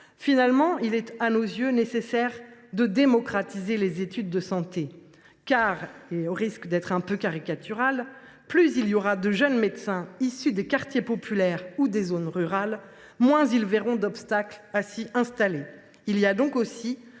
rurale. Aussi est il à nos yeux nécessaire de démocratiser les études de santé, car, au risque d’être un peu caricaturale, j’affirme que plus il y aura de jeunes médecins issus des quartiers populaires ou des zones rurales, moins les médecins verront d’obstacles à s’y installer. Il y a donc aussi